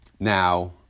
Now